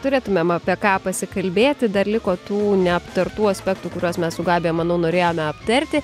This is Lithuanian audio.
turėtumėm apie ką pasikalbėti dar liko tų neaptartų aspektų kuriuos mes su gabija manau norėjome aptarti